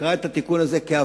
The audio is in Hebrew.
קְרא את התיקון הזה כהבהרה: